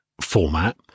format